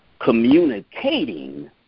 communicating